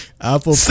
Apple